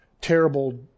terrible